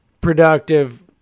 productive